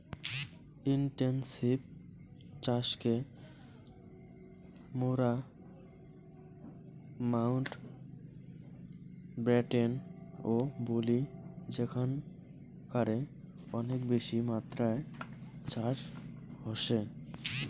intensive চাষকে মোরা Mountbatten ও বলি যেখানকারে অনেক বেশি মাত্রায় চাষ হসে